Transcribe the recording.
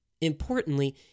Importantly